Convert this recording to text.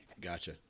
Gotcha